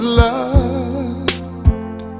loved